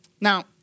Now